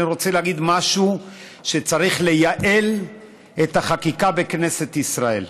אני רוצה להגיד משהו: צריך לייעל את החקיקה בכנסת ישראל.